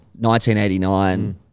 1989